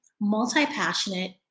multi-passionate